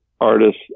artists